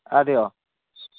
അതെയോ